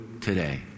today